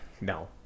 no